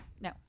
No